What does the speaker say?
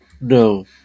No